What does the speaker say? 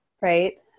right